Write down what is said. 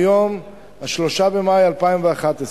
ביום 3 במאי 2011: